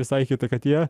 visai kita kad jie